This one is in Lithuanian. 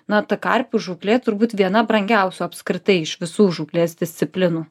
na ta karpių žūklė turbūt viena brangiausių apskritai iš visų žūklės disciplinų